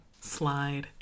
slide